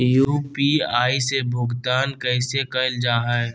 UPI से भुगतान कैसे कैल जहै?